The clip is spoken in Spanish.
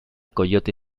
coyote